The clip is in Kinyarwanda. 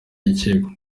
y’ikipe